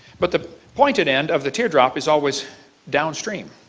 but the pointed end of the tear drop is always down stream.